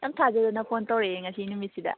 ꯌꯥꯝ ꯊꯥꯖꯗꯅ ꯐꯣꯟ ꯈꯧꯔꯛꯑꯦ ꯉꯁꯤ ꯅꯨꯃꯤꯠꯁꯤꯗ